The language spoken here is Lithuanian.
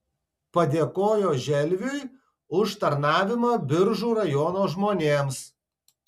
padėkojo želviui už tarnavimą biržų rajono žmonėms